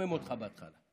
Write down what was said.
מקומם אותך בהתחלה,